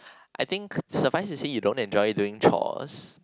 I think surprise you say you don't enjoy doing chores